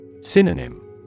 Synonym